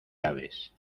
aves